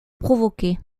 provoquer